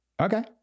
Okay